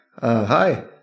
hi